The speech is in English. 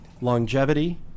longevity